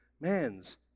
man's